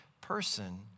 person